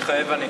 מתחייב אני